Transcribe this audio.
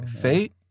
fate